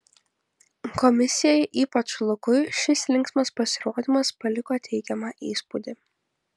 komisijai ypač lukui šis linksmas pasirodymas paliko teigiamą įspūdį